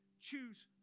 choose